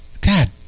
god